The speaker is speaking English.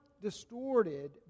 distorted